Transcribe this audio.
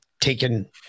taken